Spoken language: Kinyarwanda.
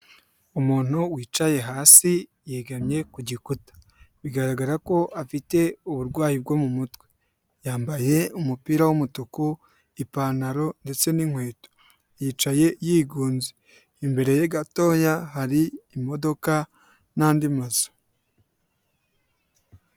Umuntu wicaye hasi yegamye ku gikuta, bigaragara ko afite uburwayi bwo mu mutwe, yambaye umupira w'umutuku, ipantaro ndetse n'inkweto yicaye yigunze, imbere gatoya hari imodoka n'andi mazu.